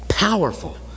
Powerful